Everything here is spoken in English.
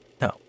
No